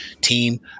team